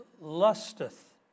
lusteth